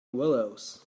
willows